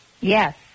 Yes